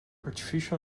artificial